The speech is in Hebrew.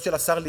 של השר ליצמן,